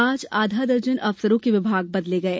आज आधा दर्जन अफसरों के विभाग बदले गये